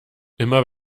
immer